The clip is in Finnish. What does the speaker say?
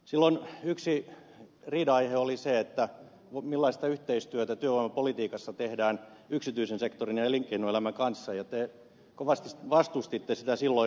silloin yksi riidanaihe oli se millaista yhteistyötä työvoimapolitiikassa tehdään yksityisen sektorin ja elinkeinoelämän kanssa ja te kovasti vastustitte sitä silloin